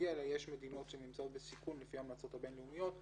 נתייחס לזה בסעיף הרלוונטי,